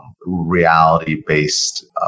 reality-based